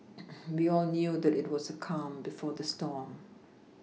we all knew that it was the calm before the storm